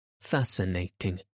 fascinating